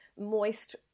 moist